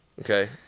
okay